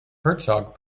herzog